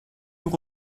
nous